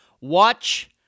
Watch